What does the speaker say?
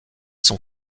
sont